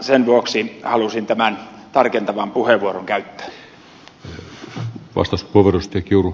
sen vuoksi halusin tämän tarkentavan puheenvuoron käyttää